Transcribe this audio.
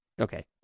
okay